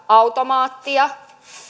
automaattia